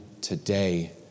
today